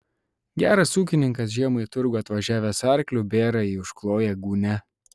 geras ūkininkas žiemą į turgų atvažiavęs arkliu bėrąjį užkloja gūnia